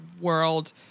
world